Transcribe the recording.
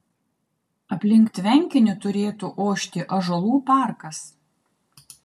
aplink tvenkinį turėtų ošti ąžuolų parkas